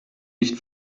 nicht